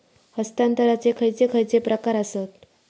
हस्तांतराचे खयचे खयचे प्रकार आसत?